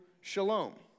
shalom